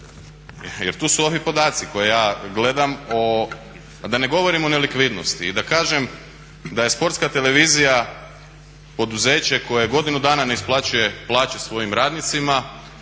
Jer tu su vam i podaci koje ja gledam. A da ne govorim o nelikvidnosti. I da kažem da je Sportska televizija poduzeće koje godinu dana ne isplaćuje plaće svojim radnicima,